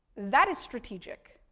that is strategic,